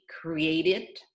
created